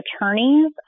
attorneys